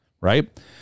right